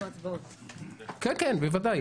ייתכנו גם הצבעות, תודה לכולם.